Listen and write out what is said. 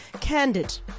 Candid